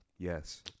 yes